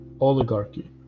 oligarchy